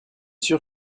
sûr